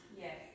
Yes